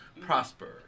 prosper